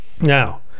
Now